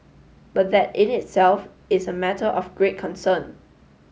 but that in itself is a matter of great concern